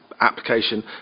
application